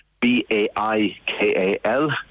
B-A-I-K-A-L